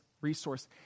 resource